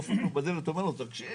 דופק לו בדלת אומר לו תקשיב,